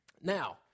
Now